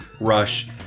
Rush